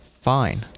Fine